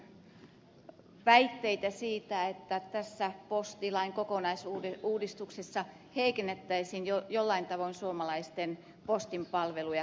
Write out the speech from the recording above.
karhun väitteitä siitä että tässä postilain kokonaisuudistuksessa heikennettäisiin jollain tavoin suomalaisten postipalveluja